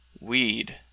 weed